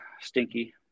Stinky